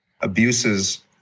abuses